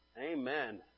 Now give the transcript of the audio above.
Amen